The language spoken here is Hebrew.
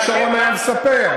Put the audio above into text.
איך שרון היה מספר?